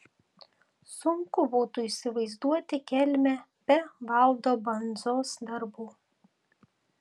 sunku būtų įsivaizduoti kelmę be valdo bandzos darbų